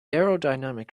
aerodynamic